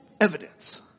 evidence